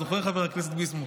זוכר, חבר הכנסת ביסמוט?